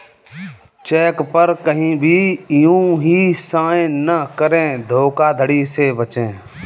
check पर कहीं भी यू हीं साइन न करें धोखाधड़ी से बचे